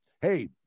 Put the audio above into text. hey